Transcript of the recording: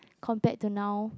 compared to now